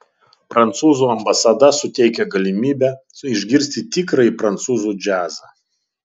prancūzų ambasada suteikia galimybę išgirsti tikrąjį prancūzų džiazą